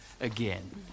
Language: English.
again